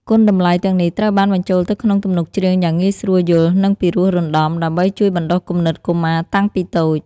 គុណតម្លៃទាំងនេះត្រូវបានបញ្ចូលទៅក្នុងទំនុកច្រៀងយ៉ាងងាយស្រួលយល់ និងពិរោះរណ្ដំ ដើម្បីជួយបណ្ដុះគំនិតកុមារតាំងពីតូច។